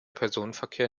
personenverkehr